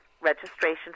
registration